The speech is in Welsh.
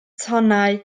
tonnau